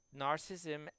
narcissism